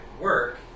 work